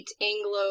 Anglo